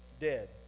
Dead